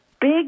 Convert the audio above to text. big